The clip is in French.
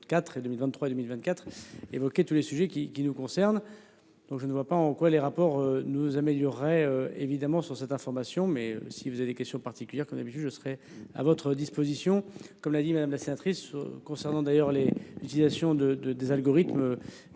et 2023 2024 évoquer tous les sujets qui qui nous concerne. Donc je ne vois pas en quoi les rapports nous améliorerait évidemment sur cette information. Mais si vous avez des questions particulières qu'on avait habitude je serais à votre disposition, comme l'a dit Madame la sénatrice concernant d'ailleurs les utilisations de de des algorithmes.